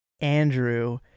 Andrew